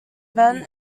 event